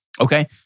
Okay